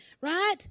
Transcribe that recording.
Right